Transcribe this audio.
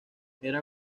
era